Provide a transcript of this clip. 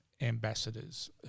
ambassadors